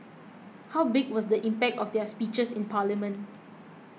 how big was the impact of their speeches in parliament